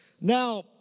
Now